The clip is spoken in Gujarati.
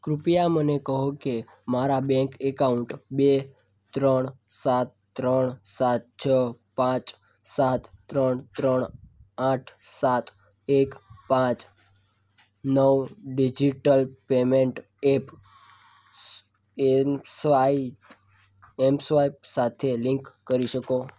કૃપયા મને કહો કે મારા બેન્ક એકાઉન્ટ બે ત્રણ સાત ત્રણ સાત છ પાંચ સાત ત્રણ ત્રણ આઠ સાત એક પાંચ નવ digital payment app M swipe સાથે લિન્ક કરી શકો